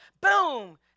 boom